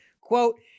Quote